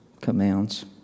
commands